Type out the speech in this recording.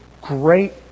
great